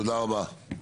תודה רבה.